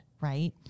right